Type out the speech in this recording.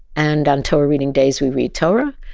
and on torah-reading days, we read torah.